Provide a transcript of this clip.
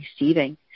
receiving